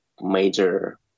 major